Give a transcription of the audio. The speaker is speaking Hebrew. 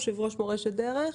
יושב-ראש "מורשת דרך",